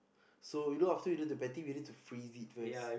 so you know after you do the patty we need to freeze it first